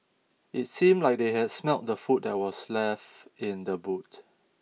it seemed like that they had smelt the food that was left in the boot